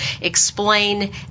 explain